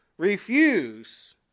Refuse